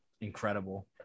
incredible